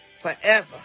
Forever